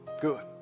good